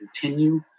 continue